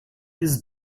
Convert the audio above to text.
his